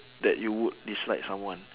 that you would dislike someone